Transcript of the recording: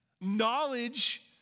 Knowledge